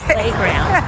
playground